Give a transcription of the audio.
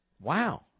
Wow